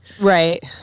Right